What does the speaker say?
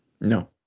no